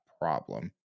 problem